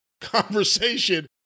conversation